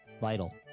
vital